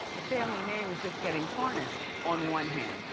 the family name is just getting tarnished, on one hand.